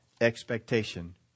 expectation